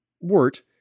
wort